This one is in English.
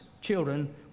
children